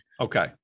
Okay